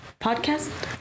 Podcast